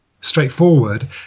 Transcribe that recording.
straightforward